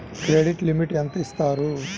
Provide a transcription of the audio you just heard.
Credit limit ఎంత ఇస్తారు?